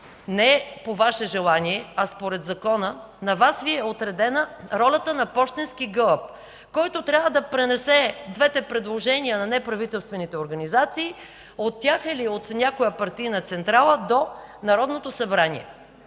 не по Ваше желание, а според Закона, на Вас Ви е отредена ролята на пощенски гълъб, който трябва да пренесе двете предложения на неправителствените организации от тях или от някоя партийна централа до Народното събрание.